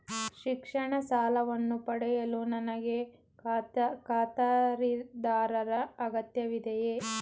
ಶಿಕ್ಷಣ ಸಾಲವನ್ನು ಪಡೆಯಲು ನನಗೆ ಖಾತರಿದಾರರ ಅಗತ್ಯವಿದೆಯೇ?